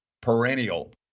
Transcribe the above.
perennial